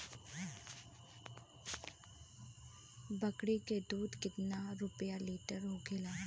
बकड़ी के दूध केतना रुपया लीटर होखेला?